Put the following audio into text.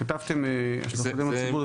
כתבתם: "ואת השלכותיהן על הציבור,